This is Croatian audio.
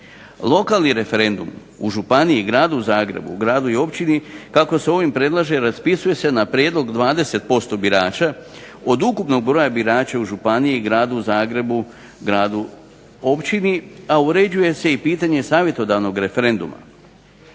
Lokalni referendum u županiji, gradu Zagrebu, gradu i općini kako se ovim predlaže raspisuje se na prijedlog 20% birača od ukupnog broja birača u županiji, gradu Zagrebu, gradu, općini a uređuje se pitanje savjetodavnog referenduma